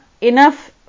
enough